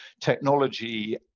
technology